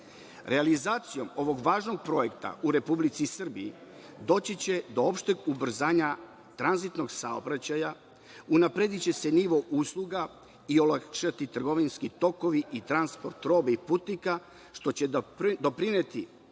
godine. Realizacijom ovog važnog projekta u Republici Srbiji doći će do opšteg ubrzanja tranzitnog saobraćaja, unaprediće se nivo usluga i olakšati trgovinski tokovi i transport robe i putnika, što će doprineti